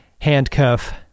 handcuff